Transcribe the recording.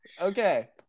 Okay